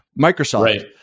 Microsoft